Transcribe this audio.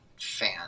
fan